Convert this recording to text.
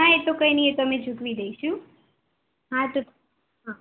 હા એતો કંઈ નહીં એતો અમે ચૂકવી દઈશું હા